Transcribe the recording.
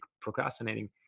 procrastinating